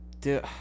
dude